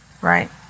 right